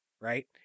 right